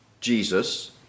Jesus